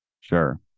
Sure